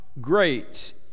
great